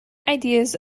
ideas